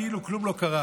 כאילו כלום לא קרה,